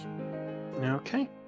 Okay